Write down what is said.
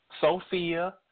Sophia